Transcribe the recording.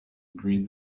agreed